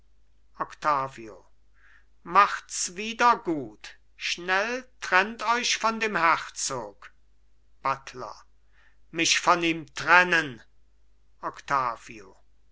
octavio machts wieder gut schnell trennt euch von dem herzog buttler mich von ihm trennen octavio